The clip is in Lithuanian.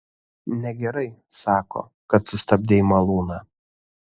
negerai sako kad sustabdei malūną